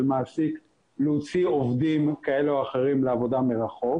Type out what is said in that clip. מעסיק להוציא עובדים כאלה או אחרים לעבודה מרחוק.